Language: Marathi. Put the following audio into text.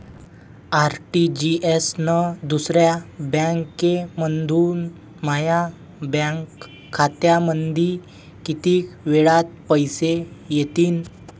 आर.टी.जी.एस न दुसऱ्या बँकेमंधून माया बँक खात्यामंधी कितीक वेळातं पैसे येतीनं?